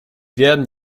werden